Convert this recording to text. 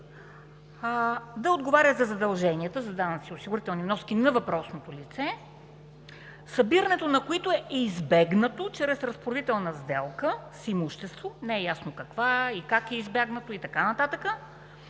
… отговарят за задълженията за данъци и осигурителни вноски на въпросното лице, събирането на които е избегнато чрез разпоредителна сделка с имуществото – не е ясно каква и как е избегнато и така нататък